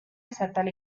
estatal